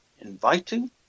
inviting